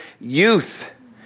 youth